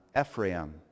Ephraim